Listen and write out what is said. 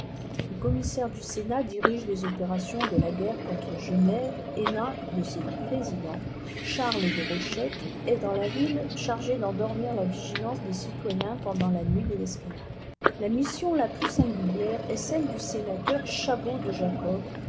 les commissaires du sénat dirigent les opérations de la guerre contre genève et l'un de ses présidents charles de rochette est dans la ville chargé d'endormir la vigilance des citoyens pendant la nuit de l'escalade la mission la plus singulière est celle du sénateur chabod de jacob